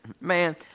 Man